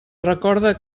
recorda